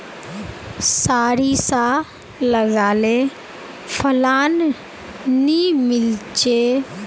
सारिसा लगाले फलान नि मीलचे?